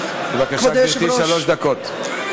בבקשה, גברתי, שלוש דקות.